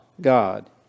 God